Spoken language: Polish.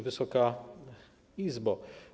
Wysoka Izbo!